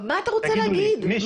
מה אתה רוצה להגיד?